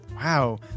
Wow